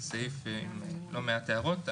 סעיף עם לא מעט הערות.